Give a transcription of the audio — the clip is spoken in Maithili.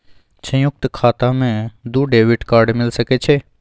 संयुक्त खाता मे दू डेबिट कार्ड मिल सके छै?